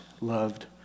loved